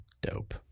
Dope